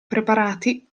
preparati